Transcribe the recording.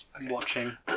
watching